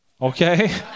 Okay